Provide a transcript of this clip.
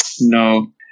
No